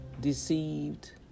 deceived